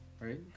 Right